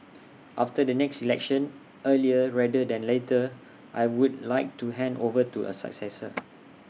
after the next election earlier rather than later I would like to hand over to A successor